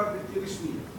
למוכר בלתי רשמי.